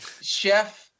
Chef